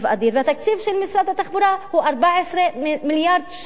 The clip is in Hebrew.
התקציב של משרד התחבורה הוא 14 מיליארד שקל.